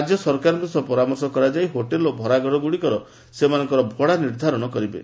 ରାଜ୍ୟ ସରକାରଙ୍କ ସହ ପରାମର୍ଶ କରାଯାଇ ହୋଟେଲ ଓ ଭଡ଼ା ଘରଗ୍ରଡ଼ିକ ସେମାନଙ୍କର ଭଡ଼ା ନିର୍ଦ୍ଧାରଣ କରିବେ